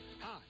Hi